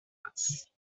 trace